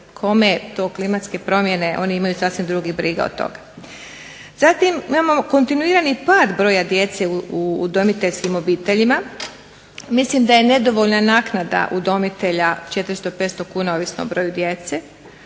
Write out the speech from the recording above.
kome to klimatske promjene oni imaju sasvim drugih briga od toga. Zatim, imamo kontinuirani pad broja djeca u udomiteljskim obiteljima. Mislim da je nedovoljna naknada udomitelja 400, 500 kuna ovisno o broju djece,